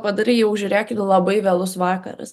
padarai jau žiūrėk ir labai vėlus vakaras